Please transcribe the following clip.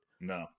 No